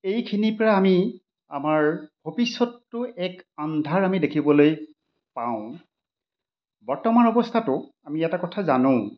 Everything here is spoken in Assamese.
এইখিনিৰ পৰা আমি আমাৰ ভৱিষ্যতটো এক আন্ধাৰ আমি দেখিবলৈ পাওঁ বৰ্তমান অৱস্থাটো আমি এটা কথা জানো